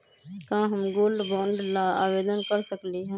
का हम gold bond ला आवेदन कर सकली ह?